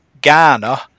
Ghana